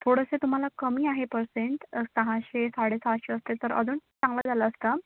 थोडंसं तुम्हाला कमी आहे पर्सेंट सहाशे साडेसहाशे असते तर अजून चांगलं झालं असता